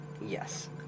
yes